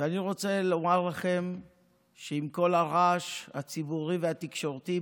אני רוצה לומר לכם שעם כל הרעש הציבורי והתקשורתי,